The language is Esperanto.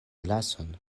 glason